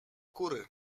kury